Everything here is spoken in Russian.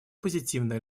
позитивные